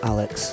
Alex